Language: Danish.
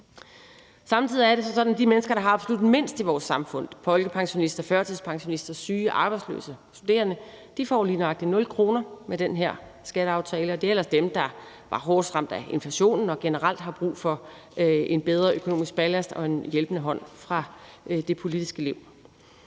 Samtidig er det sådan, at de mennesker, der har absolut mindst i vores samfund som folkepensionister, førtidspensionister, syge, arbejdsløse og studerende, lige nøjagtig får nul kroner med den her skatteaftale, og det er ellers dem, der er hårdest ramt af inflationen og generelt har brug for en bedre økonomisk ballast og en hjælpende hånd fra det politiske liv.